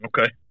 Okay